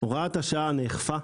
הוראת השעה נאכפה,